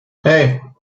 hei